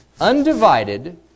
Undivided